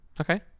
Okay